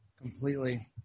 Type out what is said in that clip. Completely